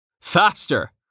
Faster